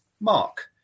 Mark